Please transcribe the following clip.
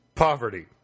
poverty